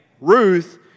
Ruth